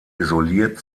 isoliert